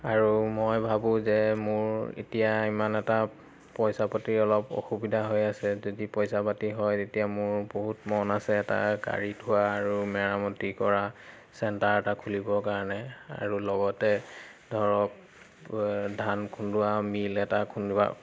আৰু মই ভাবোঁ যে মোৰ এতিয়া ইমান এটা পইচা পাতিৰ অলপ অসুবিধা হৈ আছে যদি পইচা পাতি হয় তেতিয়া মোৰ বহুত মন আছে তাৰ গাড়ী ধোৱা আৰু মেৰামতি কৰা চেণ্টাৰ এটা খুলিবৰ কাৰণে আৰু লগতে ধৰক ধান খুন্দোৱা মিল এটা খুন্দোৱা